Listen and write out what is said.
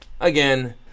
again